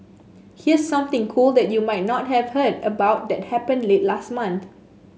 here's something cool that you might not have heard about that happened late last month